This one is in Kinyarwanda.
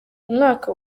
umwaka